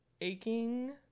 aching